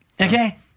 okay